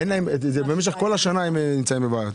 במשך כל השנה הם נמצאים בבעיות.